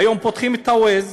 היום פותחים את ה-Waze,